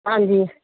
ਹਾਂਜੀ